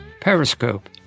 Periscope